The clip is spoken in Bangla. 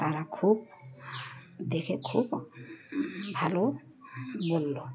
তারা খুব দেখে খুব ভালো বললো